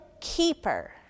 keeper